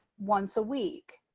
once a week.